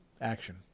action